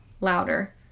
Louder